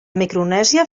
micronèsia